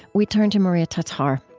we turn to maria tatar.